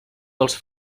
dels